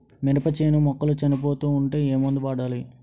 మినప చేను మొక్కలు చనిపోతూ ఉంటే ఏమందు వాడాలి?